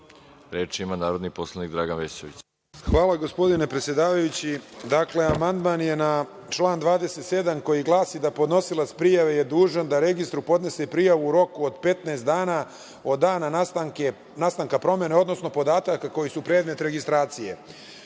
Dragan Vesović. **Dragan Vesović** Hvala, gospodine predsedavajući. Dakle, amandman je na član 27. koji glasi – podnosilac prijave je dužan da registru podnese prijavu u roku od 15 dana od dana nastanka promene, odnosno podataka koji su predmet registracije. Naš